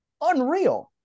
unreal